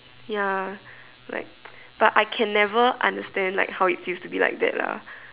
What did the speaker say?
ya like but I can never understand that how it feels to be like that lah